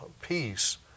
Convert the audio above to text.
peace